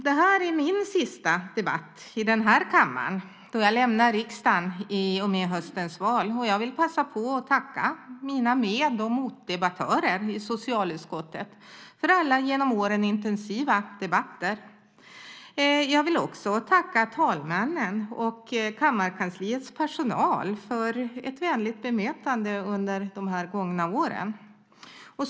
Det här är min sista debatt i den här kammaren, då jag lämnar riksdagen i och med höstens val, och jag vill passa på att tacka mina med och motdebattörer i socialutskottet för alla genom åren intensiva debatter. Jag vill också tacka talmännen och kammarkansliets personal för ett vänligt bemötande under de gångna åren.